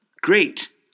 great